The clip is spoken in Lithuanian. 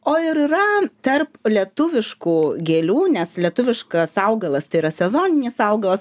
o ar yra tarp lietuviškų gėlių nes lietuviškas augalas tai yra sezoninis augalas